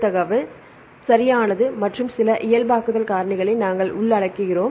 குறிப்பிட்ட மூடேஷன்களின் நிகழ்தகவு சரியானது மற்றும் சில இயல்பாக்குதல் காரணிகளை நாங்கள் உள்ளடக்குகிறோம்